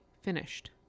Finished